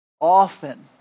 often